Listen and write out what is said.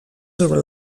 sobre